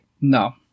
No